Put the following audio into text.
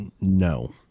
no